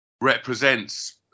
represents